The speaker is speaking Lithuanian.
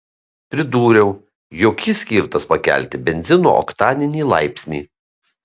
pridūriau jog jis skirtas pakelti benzino oktaninį laipsnį